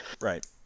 Right